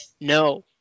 No